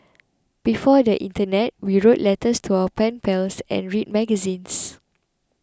before the Internet we wrote letters to our pen pals and read magazines